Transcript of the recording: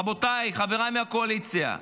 רבותיי, חבריי מהקואליציה,